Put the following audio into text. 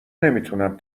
نمیتونم